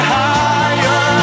higher